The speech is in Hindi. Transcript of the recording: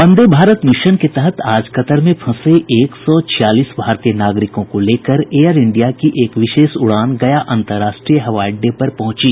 वंदे भारत मिशन के तहत आज कतर में फंसे एक सौ छियालीस भारतीय नागरिकों को लेकर एयर इंडिया की एक विशेष उड़ान गया अंतराष्ट्रीय हवाई अड्डे पर पहुंची